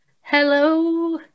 hello